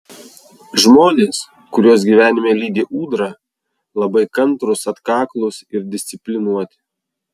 žmonės kuriuos gyvenime lydi ūdra labai kantrūs atkaklūs ir disciplinuoti